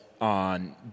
on